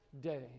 day